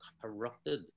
corrupted